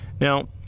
Now